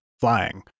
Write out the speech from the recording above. flying